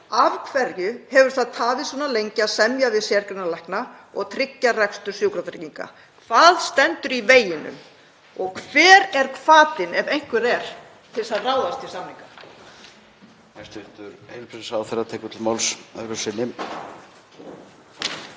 Af hverju hefur það tafist svona lengi að semja við sérgreinalækna og tryggja rekstur Sjúkratrygginga? Hvað stendur í veginum og hver er hvatinn, ef einhver er, til að ráðast í samninga?